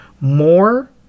more